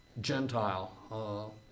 Gentile